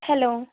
hello